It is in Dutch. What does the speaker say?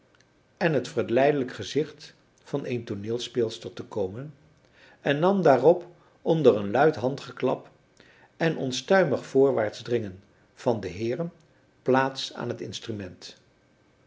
en het verleidelijk gezicht van een tooneelspeelster te komen en nam daarop onder een luid handgeklap en onstuimig voorwaarts dringen van de heeren plaats aan het instrument